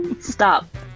stop